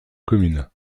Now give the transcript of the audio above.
commune